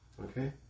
okay